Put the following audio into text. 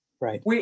right